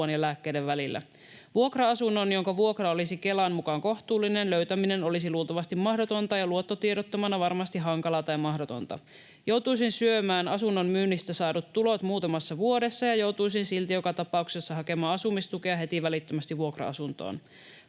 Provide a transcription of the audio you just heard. ja lääkkeiden välillä. Vuokra-asunnon, jonka vuokra olisi Kelan mukaan kohtuullinen, löytäminen olisi luultavasti mahdotonta ja luottotiedottomana varmasti hankalaa tai mahdotonta. Joutuisin syömään asunnon myynnistä saadut tulot muutamassa vuodessa, ja joutuisin silti joka tapauksessa hakemaan asumistukea heti välittömästi vuokra-asuntoon.